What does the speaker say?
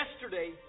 Yesterday